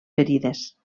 ferides